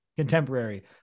Contemporary